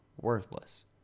worthless